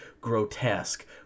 grotesque